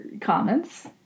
comments